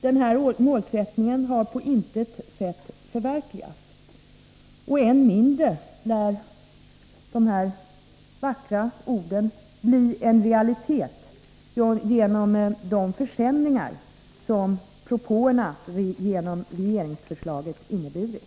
Denna målsättning har på intet sätt förverkligats, och än mindre lär de här fagra orden bli en realitet genom de försämringar som propåerna i regeringsförslaget inneburit.